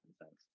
thanks